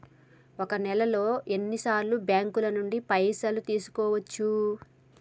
ఒక నెలలో ఎన్ని సార్లు బ్యాంకుల నుండి పైసలు తీసుకోవచ్చు?